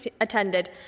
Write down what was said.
attended